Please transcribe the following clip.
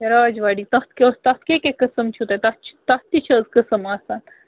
راجواڈی تَتھ تتھ کیاہ کیٛاہ قٕسٕم چھُو تۄہہِ تَتھ چھِ تَتھ تہِ چھِ حظ قٕسٕم آسان